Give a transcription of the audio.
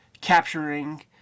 capturing